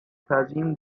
تزیین